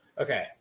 Okay